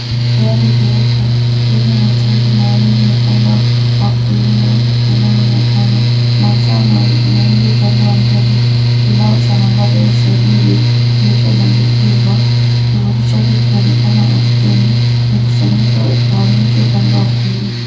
Gari jeupe lenye matairi mawili upande wa kulia yanayoonekana, mataa mawili upande wa mbele, kibao cha nambari ya usajili kilichobandukizwa, kivuli chake kikionekana ardhini mkusanyiko wa miti upande wa kulia.